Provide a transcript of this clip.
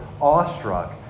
awestruck